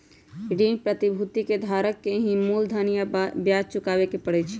ऋण प्रतिभूति के धारक के ही मूलधन आ ब्याज चुकावे के परई छई